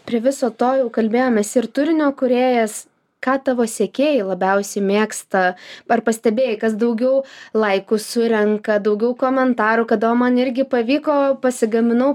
prie viso to jau kalbėjomės ir turinio kūrėjas ką tavo sekėjai labiausiai mėgsta ar pastebėjai kas daugiau laikų surenka daugiau komentarų kada o man irgi pavyko pasigaminau